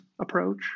approach